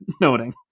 noting